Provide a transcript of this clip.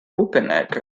puppenecke